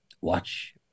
watch